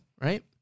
right